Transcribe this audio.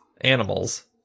animals